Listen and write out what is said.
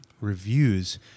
reviews